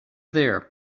there